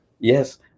Yes